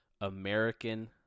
American